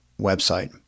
website